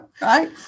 Right